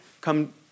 come